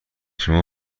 شما